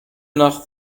nach